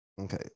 okay